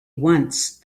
once